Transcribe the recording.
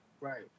Right